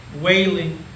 wailing